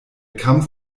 kampf